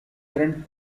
current